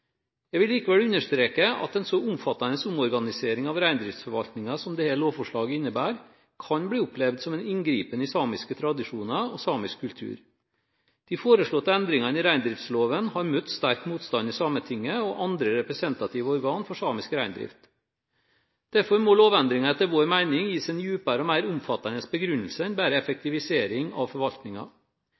Jeg vil likevel understreke at en så omfattende omorganisering av reindriftsforvaltningen som dette lovforslaget innebærer, kan bli opplevd som en inngripen i samiske tradisjoner og samisk kultur. De foreslåtte endringene i reindriftsloven har møtt sterk motstand i Sametinget og andre representative organer for samisk reindrift. Derfor må lovendringen etter vår mening gis en dypere og mer omfattende begrunnelse enn bare effektivisering av